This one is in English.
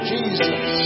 Jesus